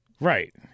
right